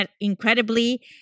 incredibly